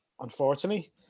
Unfortunately